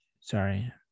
Sorry